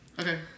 Okay